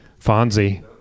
fonzie